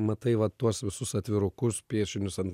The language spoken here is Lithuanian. matai va tuos visus atvirukus piešinius ant